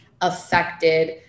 affected